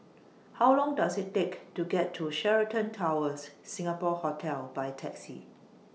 How Long Does IT Take to get to Sheraton Towers Singapore Hotel By Taxi